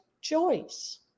choice